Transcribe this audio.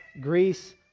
Greece